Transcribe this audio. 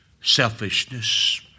selfishness